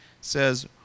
says